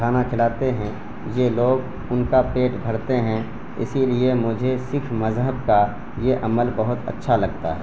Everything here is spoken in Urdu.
کھانا کھلاتے ہیں یہ لوگ ان کا پیٹ بھرتے ہیں اسی لیے مجھے سکھ مذہب کا یہ عمل بہت اچھا لگتا ہے